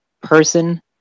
person